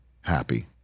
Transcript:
happy